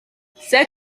ces